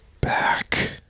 back